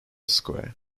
square